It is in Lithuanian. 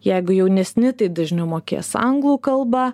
jeigu jaunesni tai dažniau mokės anglų kalbą